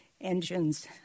engines